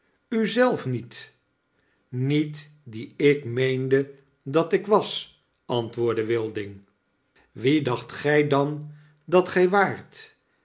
zelf niet niet die ik meende dat ik was antwoordde wilding wie dacht gij dan dat gy waart